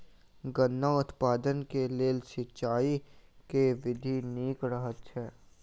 गन्ना उत्पादन केँ लेल सिंचाईक केँ विधि नीक रहत?